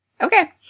Okay